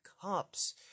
cops